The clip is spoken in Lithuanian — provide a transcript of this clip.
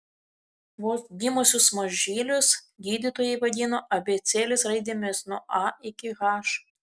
vos gimusius mažylius gydytojai vadino abėcėlės raidėmis nuo a iki h